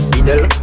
Middle